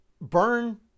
burn